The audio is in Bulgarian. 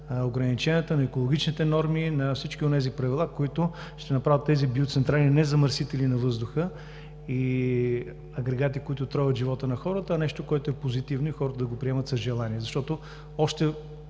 ограниченията, на екологичните норми, на всички онези правила, които ще направят тези биоцентрали не замърсители на въздуха и агрегати, които тровят живота на хората, а нещо, което е позитивно, и хората да го приемат с желание. Защото още,